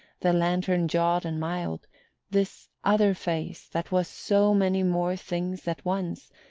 the lantern-jawed and mild this other face that was so many more things at once,